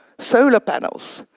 solar panels,